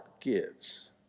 gives